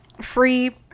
free